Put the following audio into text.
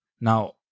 Now